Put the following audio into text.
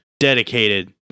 dedicated